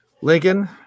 Lincoln